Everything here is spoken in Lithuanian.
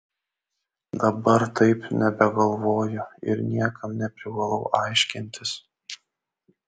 dabar taip nebegalvoju ir niekam neprivalau aiškintis